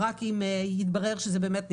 ורק אם יתברר שזה באמת נדרש.